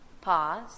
Pause